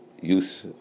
use